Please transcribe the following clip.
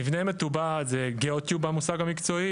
מבנה מטובע זה גאו-טיוב המושג המקצועי.